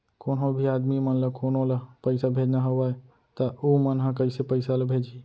कोन्हों भी आदमी मन ला कोनो ला पइसा भेजना हवय त उ मन ह कइसे पइसा ला भेजही?